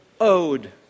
owed